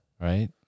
Right